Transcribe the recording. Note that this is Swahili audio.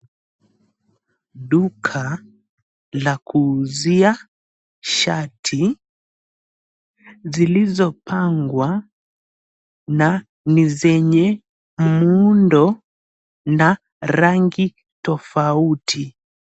Duka la kuuzia shati, zilizopangwa na ni zenye muundo na rangi tofauti.